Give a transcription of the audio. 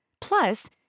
Plus